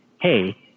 hey